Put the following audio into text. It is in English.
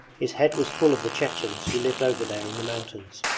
his head was full of the chechens who lived over there in the mountains,